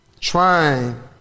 Trying